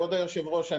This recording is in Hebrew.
כבוד היושב ראש,